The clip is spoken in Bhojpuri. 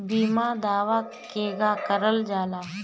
बीमा दावा केगा करल जाला?